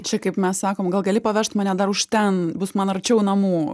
čia kaip mes sakom gal gali pavežt mane dar už ten bus man arčiau namų